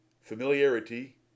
familiarity